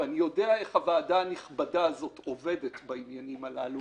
ואני יודע איך הוועדה הנכבדה הזו עובדת בעניינים הללו